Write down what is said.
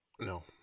No